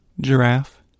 giraffe